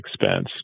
expense